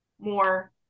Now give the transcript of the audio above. more